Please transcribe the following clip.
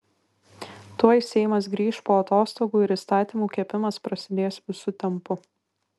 tuoj seimas grįš po atostogų ir įstatymų kepimas prasidės visu tempu